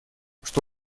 что